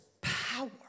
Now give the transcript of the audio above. power